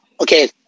Okay